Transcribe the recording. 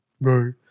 Right